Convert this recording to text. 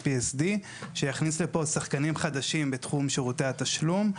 ה-PSD שיכניס לפה שחקנים חדשים בתחום שירותי התשלום.